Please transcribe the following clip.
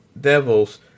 Devils